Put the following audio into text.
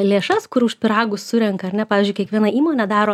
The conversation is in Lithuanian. lėšas kur už pyragus surenka ar ne pavyzdžiui kiekviena įmonė daro